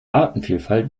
artenvielfalt